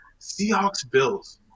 Seahawks-Bills